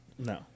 No